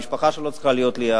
המשפחה שלו צריכה להיות ליד,